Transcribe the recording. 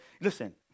Listen